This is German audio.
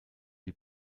die